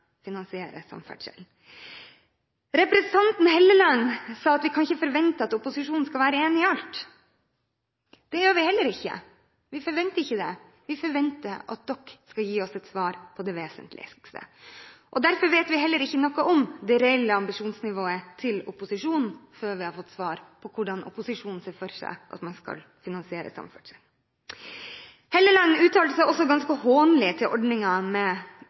finansiere samferdsel? Representanten Helleland sa at vi ikke kan forvente at opposisjonen skal være enige om alt. Det gjør vi heller ikke – vi forventer ikke det. Vi forventer at de skal gi oss et svar på det vesentligste. Derfor vet vi heller ikke noe om det reelle ambisjonsnivået til opposisjonen, før vi har fått svar på hvordan opposisjonen ser for seg at man skal finansiere samferdsel. Helleland uttalte seg også ganske hånlig om ordningen med